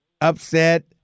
upset